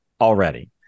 already